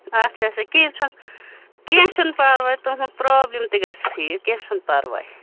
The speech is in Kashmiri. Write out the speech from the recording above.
اَچھا اَچھا کیٚنٛہہ چھُنہٕ کیٚنٛہہ چھُنہٕ پَرواے تُہُنٛد پرٛابلِم تہِ گژھِ ٹھیٖک کیٚنٛہہ چھُنہٕ پَرواے